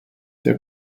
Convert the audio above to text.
der